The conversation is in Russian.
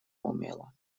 умела